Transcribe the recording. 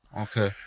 Okay